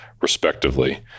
respectively